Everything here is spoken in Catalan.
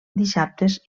dissabtes